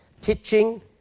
teaching